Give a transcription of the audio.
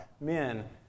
men